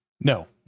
No